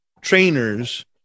trainers